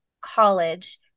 college